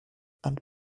and